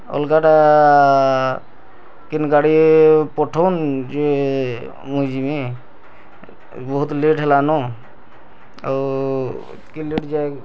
ଅଲଗା ଟା କେନ୍ ଗାଡ଼ି ପଠଉନ୍ ଯେ ମୁଇଁ ଯିମି ବହୁତ ଲେଟ୍ ହେଲାନ ଆଉ ଟିକେ ଲେଟ୍ ଯାଏ